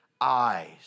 eyes